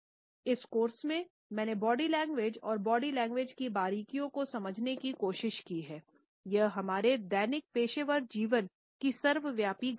इस कोर्स से मैंने बॉडी लैंग्वेज और बॉडी लैंग्वेज की बारीकियों को समझने की कोशिश की है यह हमारे दैनिक पेशेवर जीवन की सर्वव्यापी घटना है